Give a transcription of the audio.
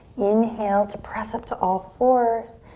inhale to press up to all fours.